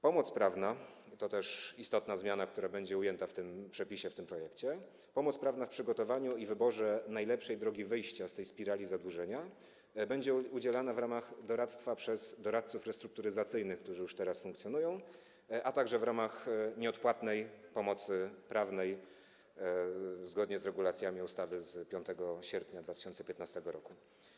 Pomoc prawna - to też istotna zmiana, która będzie ujęta w tym projekcie - w przygotowaniu i wyborze najlepszej drogi wyjścia ze spirali zadłużenia będzie udzielana w ramach doradztwa przez doradców restrukturyzacyjnych, którzy już teraz funkcjonują, a także w ramach nieodpłatnej pomocy prawnej zgodnie z regulacjami ustawy z 5 sierpnia 2015 r.